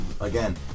again